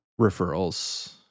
referrals